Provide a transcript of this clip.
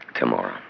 tomorrow